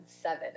seven